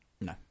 No